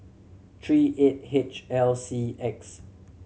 three eight H L C X